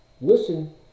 listen